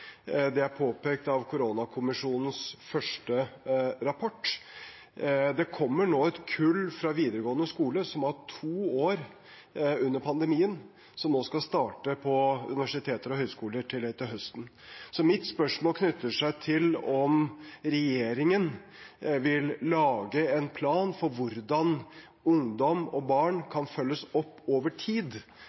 Det er påpekt av koronakommisjonens første rapport. Det kommer nå et kull fra videregående skole som har hatt to år under pandemien, og som nå skal starte på universiteter og høyskoler til høsten. Så mitt spørsmål knytter seg til om regjeringen vil lage en plan for hvordan ungdom og barn kan følges opp over tid,